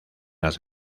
las